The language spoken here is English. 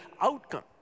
outcome